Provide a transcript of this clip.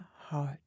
heart